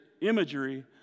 imagery